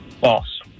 False